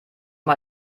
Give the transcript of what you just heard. mal